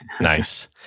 Nice